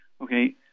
Okay